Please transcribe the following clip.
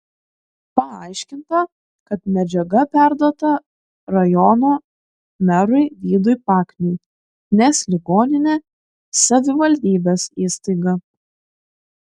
paaiškinta kad medžiaga perduota rajono merui vydui pakniui nes ligoninė savivaldybės įstaiga